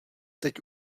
teď